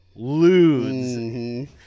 Ludes